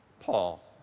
Paul